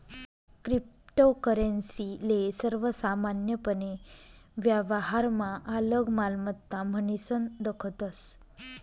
cryptocurrency ले सर्वसामान्यपने व्यवहारमा आलक मालमत्ता म्हनीसन दखतस